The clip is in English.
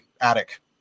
attic